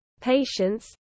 patience